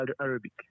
Arabic